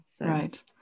Right